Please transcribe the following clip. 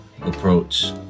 approach